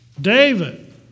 David